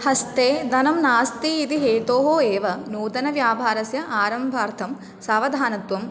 हस्ते धनं नास्ति इति हेतोः एव नूतनव्यापारस्य आरम्भार्थं सावधानत्वम्